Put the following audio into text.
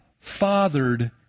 fathered